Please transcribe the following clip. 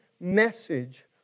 message